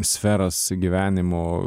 sferas gyvenimo